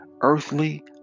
earthly